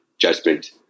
judgment